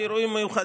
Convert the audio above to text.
באירועים מיוחדים,